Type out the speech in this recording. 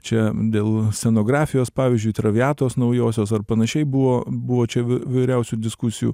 čia dėl scenografijos pavyzdžiui traviatos naujosios ar panašiai buvo buvo čia vy vyriausių diskusijų